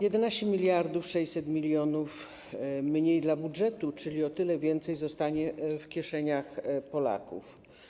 11 600 mln zł mniej dla budżetu, czyli o tyle więcej zostanie w kieszeniach Polaków.